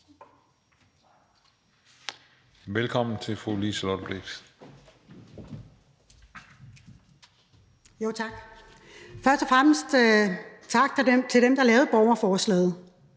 (Ordfører) Liselott Blixt (DF): Tak. Først og fremmest tak til dem, der lavede borgerforslaget,